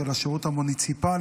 של השירות המוניציפלי.